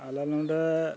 ᱟᱞᱮ ᱱᱚᱰᱮ